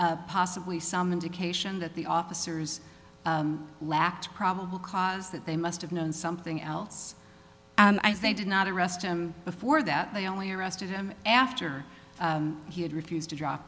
possibly some indication that the officers lacked probable cause that they must have known something else i think did not arrest him before that they only arrested him after he had refused to drop